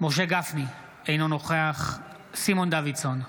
משה גפני, אינו נוכח סימון דוידסון,